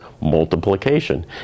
Multiplication